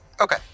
Okay